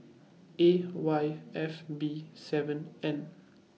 A Y F B seven N